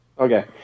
Okay